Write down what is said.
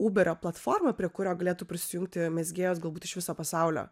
uberio platformą prie kurio galėtų prisijungti mezgėjos galbūt iš viso pasaulio